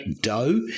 dough